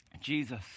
Jesus